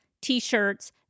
t-shirts